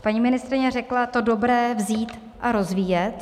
Paní ministryně řekla: to dobré vzít a rozvíjet.